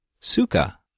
Suka